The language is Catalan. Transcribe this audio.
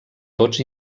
tots